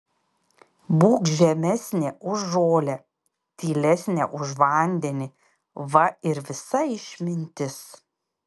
būk žemesnė už žolę tylesnė už vandenį va ir visa išmintis